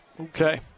Okay